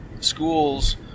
schools